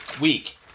week